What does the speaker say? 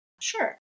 Sure